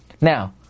Now